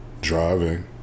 driving